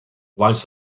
winds